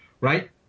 right